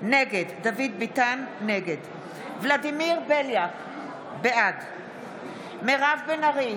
נגד ולדימיר בליאק, בעד מירב בן ארי,